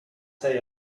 say